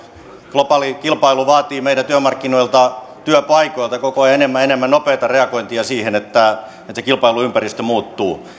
globaali kilpailu vaatii meidän työmarkkinoilta työpaikoilta koko ajan enemmän ja enemmän nopeata reagointia siihen että se kilpailuympäristö muuttuu